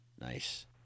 Nice